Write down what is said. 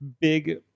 big